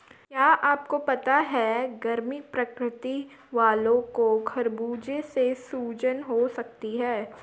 क्या आपको पता है गर्म प्रकृति वालो को खरबूजे से सूजन हो सकती है?